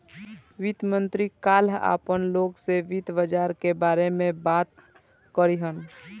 वित्त मंत्री काल्ह आम लोग से वित्त बाजार के बारे में बात करिहन